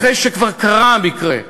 אחרי שכבר קרה המקרה,